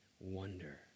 wonder